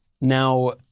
Now